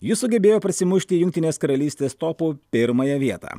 ji sugebėjo prasimušti jungtinės karalystės topų pirmąją vietą